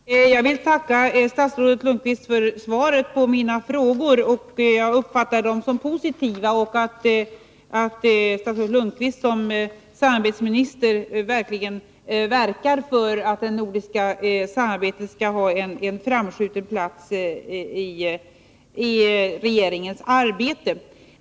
Herr talman! Jag vill tacka statsrådet Lundkvist för svaret på mina frågor. Jag uppfattar dem som positiva, och jag hoppas att Svante Lundkvist som samarbetsminister verkligen verkar för att det nordiska samarbetet får en framskjuten plats i regeringsarbetet.